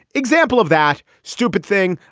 example of that stupid thing.